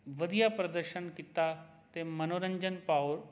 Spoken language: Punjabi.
ਵਧੀਆ ਪ੍ਰਦਰਸ਼ਨ ਕੀਤਾ ਅਤੇ ਮਨੋਰੰਜਨ ਭਾਉ